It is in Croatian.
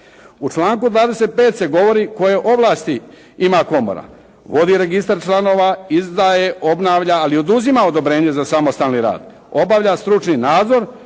U članku 25. se govori koje ovlasti ima komora. Vodi registar članova, izdaje, obnavlja ali i oduzima odobrenje za samostalni rad, obavlja stručni nadzor,